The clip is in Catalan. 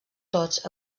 tots